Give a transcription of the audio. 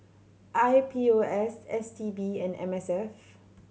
I P O S S T B and M S F